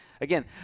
again